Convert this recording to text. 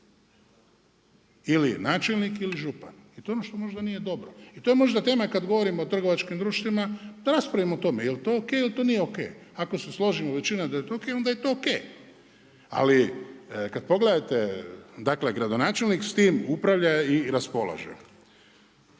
ili načelnik ili župan. I to je ono što možda nije dobro. I to je možda tema kad govorim o trgovačkim društvima da raspravimo o tome jel' to o.k. ili to nije o.k. Ako se složimo većina da je to o.k. onda je to o.k. Ali kad pogledate, dakle gradonačelnik s tim upravlja i raspolaže.